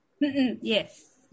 Yes